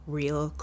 real